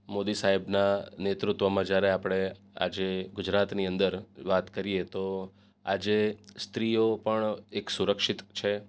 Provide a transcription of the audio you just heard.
મોદી સાહેબના નેતૃત્વમાં જ્યારે આપણે આજે ગુજરાતની અંદર વાત કરીએ તો આજે સ્ત્રીઓ પણ એક સુરક્ષિત છે